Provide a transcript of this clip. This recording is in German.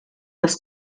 das